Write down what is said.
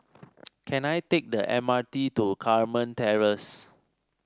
can I take the M R T to Carmen Terrace